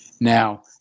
Now